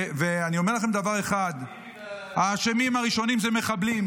אני אומר לכם דבר אחד: האשמים הראשונים זה מחבלים.